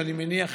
אני מניח,